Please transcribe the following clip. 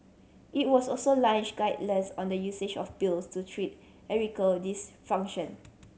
it was also launch guidelines on the usage of pills to treat dysfunction